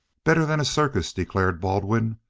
better than a circus, declared baldwin.